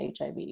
HIV